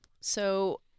So-